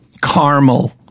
Caramel